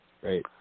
Great